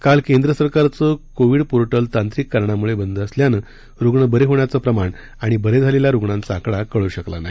काल केंद्र सरकारचं कोविड पोर्टल तांत्रिक कारणामुळे बंद असल्यामुळे रुग्ण बरे होण्याचं प्रमाण आणि बरे झालेल्या रुग्णांचा आकडा कळू शकला नाही